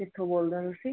ਕਿੱਥੋਂ ਬੋਲਦੇ ਹੋ ਤੁਸੀਂ